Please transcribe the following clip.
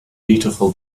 beautiful